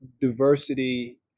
diversity